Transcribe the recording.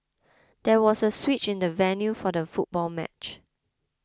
there was a switch in the venue for the football match